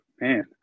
man